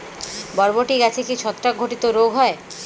বরবটি গাছে কি ছত্রাক ঘটিত রোগ হয়?